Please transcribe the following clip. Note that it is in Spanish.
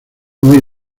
muy